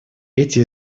эти